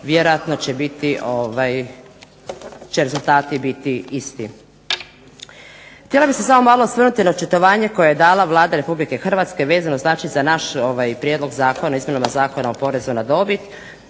vjerojatno će biti, će rezultati biti isti. Htjela bih se samo malo osvrnuti na očitovanje koje je dala Vlada Republike Hrvatske vezano znači za naš prijedlog zakona, izmjenama Zakona o porezu na dobit.